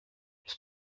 ich